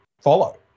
follow